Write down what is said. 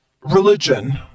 religion